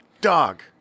Dog